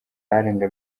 arenga